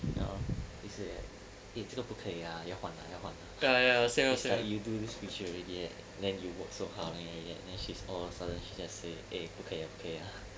ya lor 就是 like eh 这可不可以啊要换啊要换 it's like you do this feature already right then you work so hard on it already right then she's all of a sudden she just say eh 不可以啊不可以